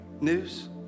news